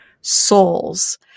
souls